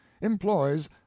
employs